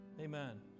Amen